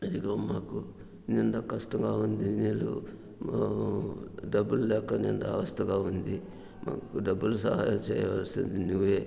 ఇదిగో మాకు నిండా కష్టంగా ఉంది నీళ్ళు డబ్బులు లేక నిండా అవస్తగా ఉంది డబ్బులు సహాయం చేయవలసింది నువ్వే